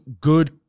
good